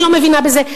אני לא מבינה בזה.